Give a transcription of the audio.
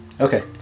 Okay